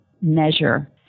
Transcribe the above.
measure